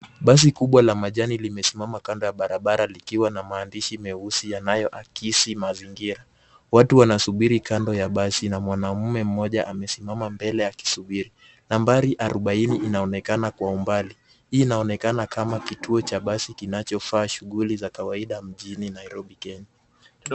Basi kubwa la manjano limesimama kando ya barabara likiwa na maandishi meusi yanayo akisi mazingira. Watu wanasubiri kando ya basi na mwanamume mmoja amesimama mbele akisuburi. Nambari arubaini inaonekana kwa umbali. Hii inaonekana kama kituo cha basi kinachofaa shughuli za kawaida mjini Nairobi Kenya.